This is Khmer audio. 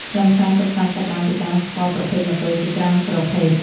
ខ្លឹមសារសិក្សាចាប់ផ្តើមពីការស្គាល់ប្រភេទម៉ូតូជាច្រើនប្រភេទ។